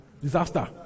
Disaster